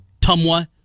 Tumwa